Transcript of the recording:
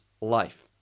life